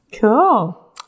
Cool